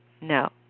No